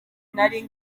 nari